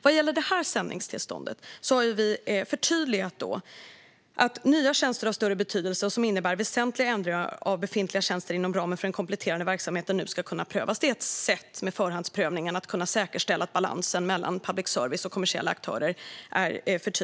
Vad gäller det här sändningstillståndet har vi förtydligat att "nya tjänster av större betydelse och väsentliga ändringar av befintliga tjänster inom ramen för programföretagens kompletterande verksamhet ska prövas". Förhandsprövningen är ett sätt att säkerställa och förtydliga balansen mellan public service och kommersiella aktörer.